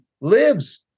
lives